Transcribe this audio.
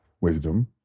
wisdom